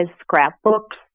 scrapbooks